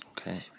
Okay